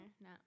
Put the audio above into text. no